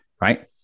Right